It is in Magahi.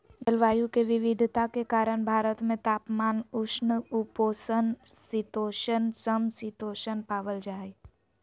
जलवायु के विविधता के कारण भारत में तापमान, उष्ण उपोष्ण शीतोष्ण, सम शीतोष्ण पावल जा हई